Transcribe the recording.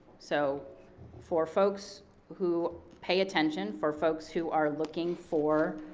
so for folks who pay attention, for folks who are looking for